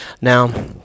Now